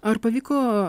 ar pavyko